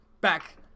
Back